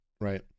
right